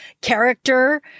character